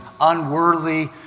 unworthy